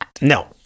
No